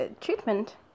Treatment